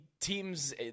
teams